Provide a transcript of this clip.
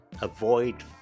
avoid